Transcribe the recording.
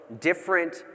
different